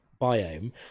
biome